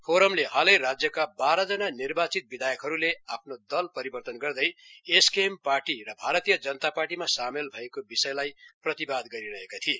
फोरमले हालै राज्यका बाह्रजान निर्वाचित विधायकहरूले आफ्नो दल परिवर्तन गर्दै एसकेएम पार्टी र भारतीय जनता पार्टीमा सामेल भएको विषयलाई प्रतिवाद गरिरहेका थिए